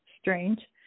strange